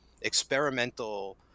experimental